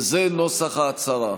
וזה נוסח ההצהרה: